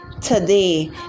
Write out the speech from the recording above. today